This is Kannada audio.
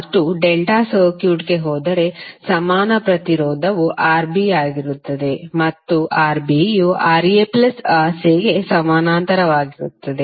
ಮತ್ತು ಡೆಲ್ಟಾ ಸರ್ಕ್ಯೂಟ್ಗೆ ಹೋದರೆ ಸಮಾನ ಪ್ರತಿರೋಧವು Rb ಆಗಿರುತ್ತದೆ ಮತ್ತು Rb ಯು RaRcಗೆ ಸಮಾನಾಂತರವಾಗಿರುತ್ತದೆ